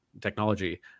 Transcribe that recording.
technology